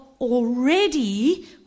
already